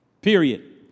Period